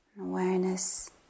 awareness